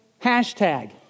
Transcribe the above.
hashtag